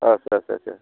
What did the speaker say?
आदसा आदसा आदसा